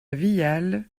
viale